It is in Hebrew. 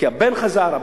כי הבן חזר,